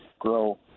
grow